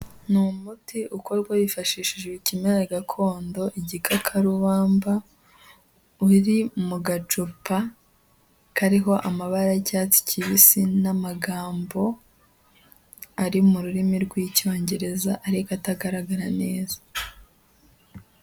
Ni umuti ukorwa hifashishijwe ikimera gakondo, igikakarubamba, uri mu gacupa kariho amabara y'icyatsi kibisi n'amagambo ari mu rurimi rw'Icyongereza ariko atagaragara neza.